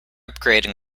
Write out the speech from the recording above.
upgrading